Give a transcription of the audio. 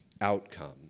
outcome